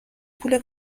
پول